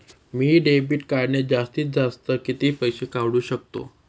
मी debit कार्डने जास्तीत जास्त किती पैसे काढू शकतो?